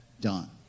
done